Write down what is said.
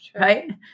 right